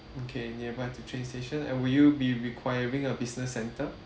okay nearby to train station and would you be requiring a business centre